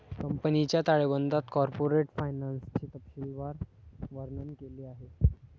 कंपनीच्या ताळेबंदात कॉर्पोरेट फायनान्सचे तपशीलवार वर्णन केले आहे